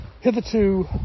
Hitherto